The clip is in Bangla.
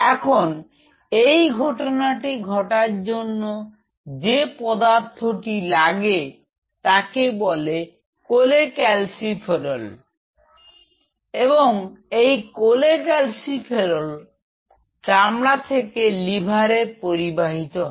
এখন এই ঘটনাটি ঘটার জন্য যে পদার্থটি লাগে তাকে বলে কোলেক্যালসিফেরল এবং এই কোলেক্যালসিফেরল চামড়া থেকে লিভারে পরিবাহিত হয়